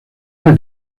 era